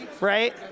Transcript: right